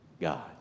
God